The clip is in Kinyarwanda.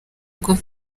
bwo